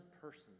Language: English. person